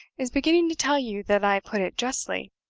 is beginning to tell you that i put it justly,